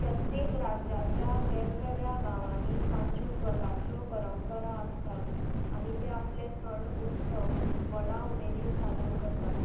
प्रत्येक राज्यांतल्या वेगवेगळ्या गांवांनी तांच्यो स्वतांच्यो परंपरा आसतात आनी ते आपले सण उत्सव व्हडा उमेदीन सादर करतात